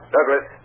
Douglas